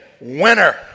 winner